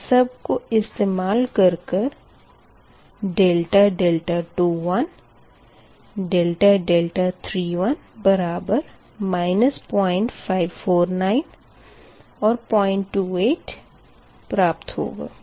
इन सब को इस्तेमाल कर कर ∆2 ∆3 बराबर 0549 और 028 प्राप्त होगा